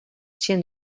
tsjin